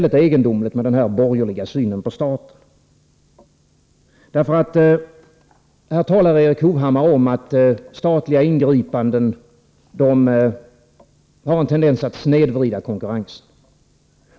Den borgerliga synen på staten är väldigt egendomlig. Erik Hovhammar talar om att statens ingripanden har en tendens att snedvrida konkurrensen.